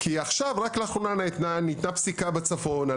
כי עכשיו רק לאחרונה ניתנה פסיקה בצפון על